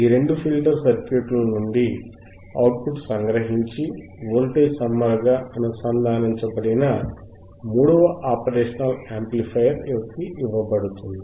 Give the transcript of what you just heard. ఈ రెండు filter circuits నుండి అవుట్ పుట్ సంగ్రహించి వోల్టేజ్ సమ్మర్ గా అనుసంధానించబడిన మూడవ ఆపరేషనల్ యాంప్లిఫయర్ ఇవ్వబడుతుంది